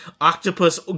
octopus